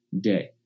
day